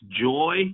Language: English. joy